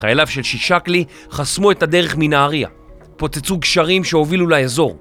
חייליו של שישקלי חסמו את הדרך מנהריה, פוצצו גשרים שהובילו לאזור.